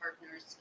partners